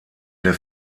der